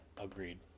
agreed